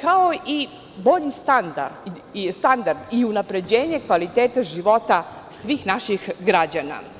kao i bolji standard i unapređenje kvaliteta života svih naših građana.